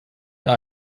der